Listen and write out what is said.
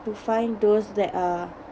to find those that are